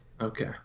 Okay